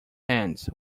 hands